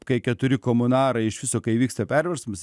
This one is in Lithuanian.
kai keturi komunarai iš viso kai įvyksta perversmas